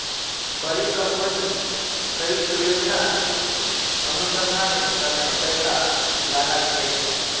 बड़ी कंपनी कई परियोजनात अनुसंधानेर तने पैसा लाग छेक